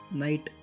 night